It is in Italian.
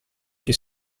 che